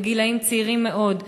בגילים צעירים מאוד,